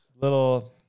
Little